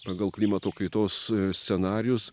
pagal klimato kaitos scenarijus